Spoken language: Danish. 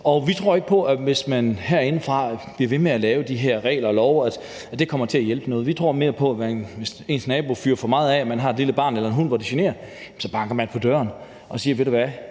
på, at det kommer til at hjælpe noget, hvis man herindefra bliver ved med at lave de her regler og love. Vi tror mere på, at hvis ens nabo fyrer for meget af og man har et lille barn eller en lille hund, som det generer, banker man på døren og siger: Ved du hvad,